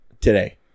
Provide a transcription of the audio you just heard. Today